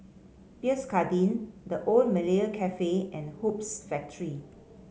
Pierre Cardin The Old Malaya Cafe and Hoops Factory